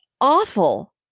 awful